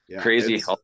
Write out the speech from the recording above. Crazy